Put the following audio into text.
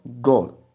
God